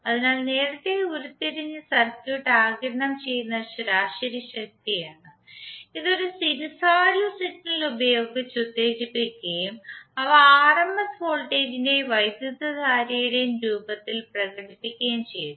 അതിനാൽ നേരത്തെ ഉരുത്തിരിഞ്ഞത് സർക്യൂട്ട് ആഗിരണം ചെയ്യുന്ന ശരാശരി ശക്തിയാണ് ഇത് ഒരു സിനുസോയ്ഡൽ സിഗ്നൽ ഉപയോഗിച്ച് ഉത്തേജിപ്പിക്കുകയും അവ ആർഎംഎസ് വോൾട്ടേജിന്റെയും വൈദ്യുതധാരയുടെയും രൂപത്തിൽ പ്രകടിപ്പിക്കുകയും ചെയ്തു